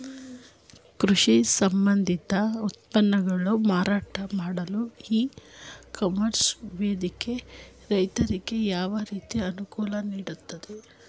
ಕೃಷಿ ಸಂಬಂಧಿತ ಉತ್ಪನ್ನಗಳ ಮಾರಾಟ ಮಾಡಲು ಇ ಕಾಮರ್ಸ್ ವೇದಿಕೆ ರೈತರಿಗೆ ಯಾವ ರೀತಿ ಅನುಕೂಲ ನೀಡಿದೆ?